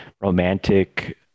romantic